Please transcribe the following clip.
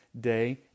day